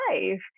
life